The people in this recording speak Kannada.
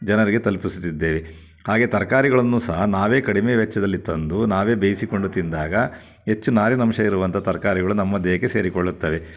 ಜನರಿಗೆ ತಲ್ಪಿಸ್ತಿದ್ದೇವೆ ಹಾಗೇ ತರಕಾರಿಗಳನ್ನು ಸಹ ನಾವೇ ಕಡಿಮೆ ವೆಚ್ಚದಲ್ಲಿ ತಂದು ನಾವೇ ಬೇಯಿಸಿಕೊಂಡು ತಿಂದಾಗ ಹೆಚ್ಚು ನಾರಿನಂಶ ಇರುವಂಥ ತರಕಾರಿಗಳು ನಮ್ಮ ದೇಹಕ್ಕೆ ಸೇರಿಕೊಳ್ಳುತ್ತವೆ